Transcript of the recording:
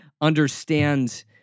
understand